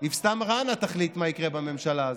אבתיסאם מראענה תחליט מה יקרה בממשלה הזאת.